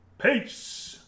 peace